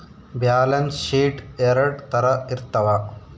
balance sheet ಎರಡ್ ತರ ಇರ್ತವ